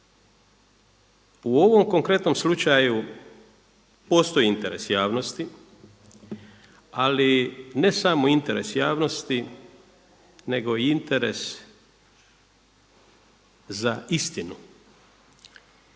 U ovom konkretnom slučaju postoji interes javnosti, ali ne samo interes javnosti, nego i interes za istinu.